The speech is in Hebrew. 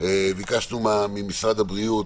ממשרד הבריאות